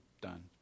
done